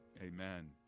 amen